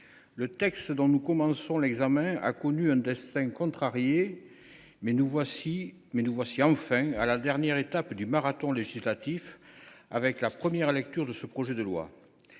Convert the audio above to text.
le texte dont nous commençons l’examen a connu un destin contrarié. Mais nous sommes enfin à la dernière étape du marathon législatif, avec la première lecture de ce projet de loi.